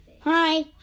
Hi